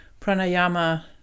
pranayama